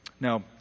Now